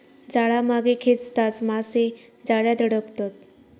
जाळा मागे खेचताच मासे जाळ्यात अडकतत